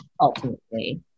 ultimately